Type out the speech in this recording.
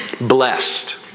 Blessed